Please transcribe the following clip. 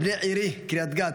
בני עירי קריית גת.